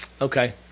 Okay